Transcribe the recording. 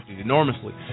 enormously